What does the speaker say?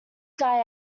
guy